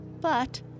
But